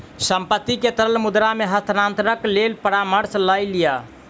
संपत्ति के तरल मुद्रा मे हस्तांतरणक लेल परामर्श लय लिअ